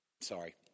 Sorry